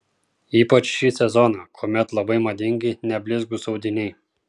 ypač šį sezoną kuomet labai madingi neblizgūs audiniai